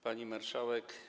Pani Marszałek!